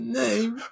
name